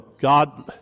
God